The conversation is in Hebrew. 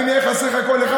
אם יהיה חסר לך קול אחד,